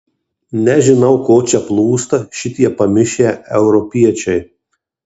nežinau ko čia plūsta šitie pamišę europiečiai